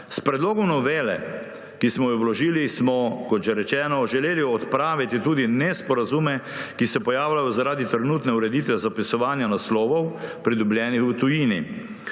S predlogom novele, ki smo jo vložili, smo, kot že rečeno, želeli odpraviti tudi nesporazume, ki se pojavljajo zaradi trenutne ureditve zapisovanja naslovov, pridobljenih v tujini.